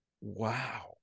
Wow